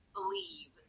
believe